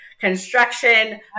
construction